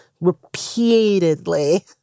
repeatedly